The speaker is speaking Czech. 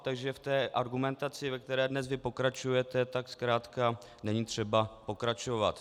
Takže v argumentaci, ve které dnes pokračujete, zkrátka není třeba pokračovat.